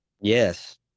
Yes